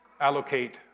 allocate